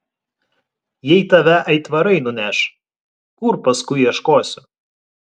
jei tave aitvarai nuneš kur paskui ieškosiu